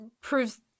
proves